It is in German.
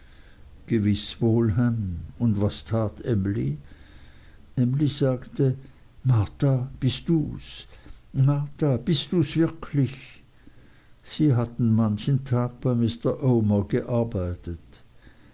gewiß wohl ham und was tat emly emly sagte marta bist dus marta bist dus wirklich sie hatten manchen tag bei mr omer gearbeitet